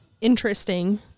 interesting